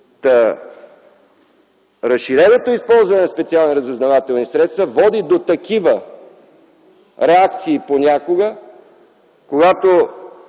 Разширеното използване на специални разузнавателни средства води до такива реакции понякога, когато